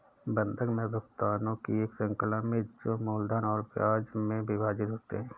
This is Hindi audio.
बंधक में भुगतानों की एक श्रृंखला में जो मूलधन और ब्याज में विभाजित होते है